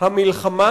המלחמה